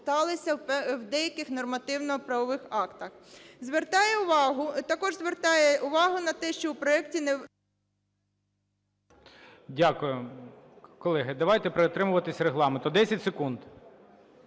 Дякую. Колеги, давайте притримуватись регламенту, 10 секунд.